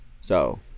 So-